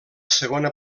segona